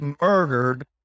murdered